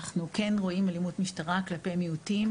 אנחנו כן רואים אלימות משטרה כלפי מיעוטים,